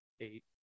eight